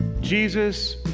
Jesus